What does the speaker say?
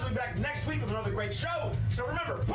back next week with another great show. so remember,